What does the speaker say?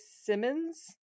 simmons